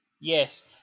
Yes